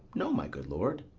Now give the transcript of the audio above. no, my good lord.